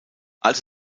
als